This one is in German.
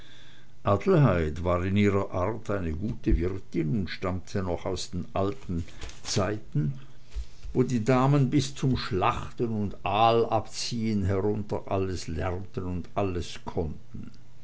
war in ihrer art eine gute wirtin und stammte noch aus den alten zeiten wo die damen bis zum schlachten und aalabziehen herunter alles lernten und alles konnten